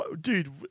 Dude